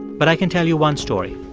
but i can tell you one story